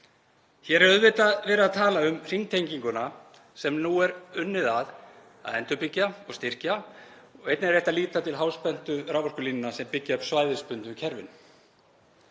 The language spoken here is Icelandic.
Hér er auðvitað verið að tala um hringtenginguna sem nú er unnið að að endurbyggja og styrkja og einnig er rétt að líta til háspenntu raforkulínanna sem byggja upp svæðisbundnu kerfin.